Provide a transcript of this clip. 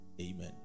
Amen